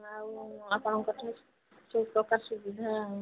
ଆଉ ଆପଣଙ୍କ ଠେଇଁ ସବୁପ୍ରକାର ସୁବିଧା